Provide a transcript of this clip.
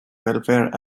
welfare